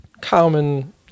common